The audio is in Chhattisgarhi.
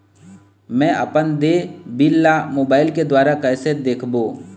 मैं अपन देय बिल ला मोबाइल के द्वारा कइसे देखबों?